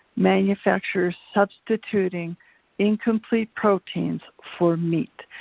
manufacturers substituting incomplete proteins for meat.